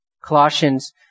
Colossians